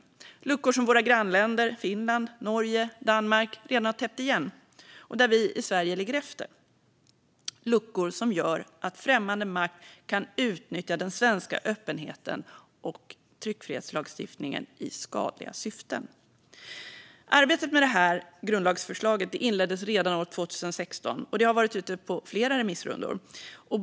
Det är luckor som våra grannländer Finland, Norge och Danmark redan täppt igen och där vi i Sverige ligger efter, luckor som gör att främmande makt kan utnyttja den svenska öppenheten och tryckfrihetslagstiftningen i skadliga syften. Arbetet med det här grundlagsförslaget inleddes redan år 2016, och det har varit ute på flera remissrundor.